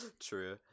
True